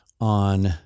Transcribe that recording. on